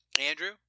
Andrew